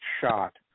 shot